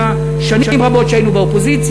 היו שנים רבות שהיינו באופוזיציה,